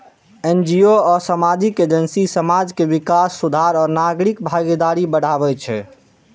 NGO आ सामाजिक agency समाज के विकास, सुधार आ नागरिक भागीदारी बढ़ाबै छै